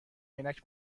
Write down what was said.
عینک